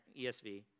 ESV